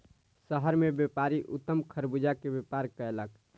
शहर मे व्यापारी उत्तम खरबूजा के व्यापार कयलक